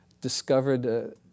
discovered